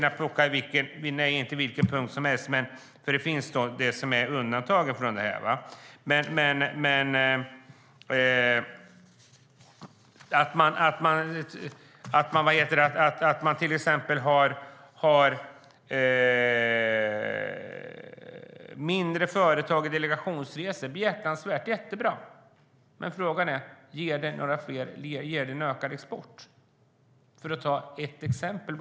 Att till exempel ha företrädare för mindre företag på delegationsresor är behjärtansvärt, jättebra. Men frågan är: Ger det ökad export? Det är bara ett exempel.